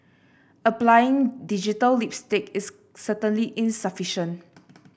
applying digital lipstick is certainly insufficient